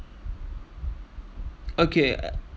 okay